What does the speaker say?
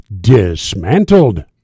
Dismantled